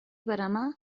veremar